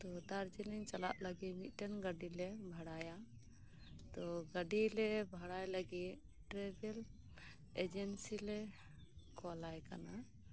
ᱛᱳ ᱫᱟᱨᱡᱤᱞᱤᱝ ᱪᱟᱞᱟᱜ ᱞᱟᱹᱜᱤᱫ ᱢᱤᱴᱮᱱ ᱜᱟᱹᱰᱤ ᱞᱮ ᱵᱷᱟᱲᱟᱭᱟ ᱛᱳ ᱜᱟᱹᱰᱤ ᱞᱮ ᱵᱷᱟᱲᱟᱭ ᱞᱟᱹᱜᱤᱫ ᱴᱨᱮᱵᱷᱮᱞ ᱮᱜᱮᱱᱥᱤ ᱞᱮ ᱠᱚᱞᱟᱭ ᱠᱟᱱᱟ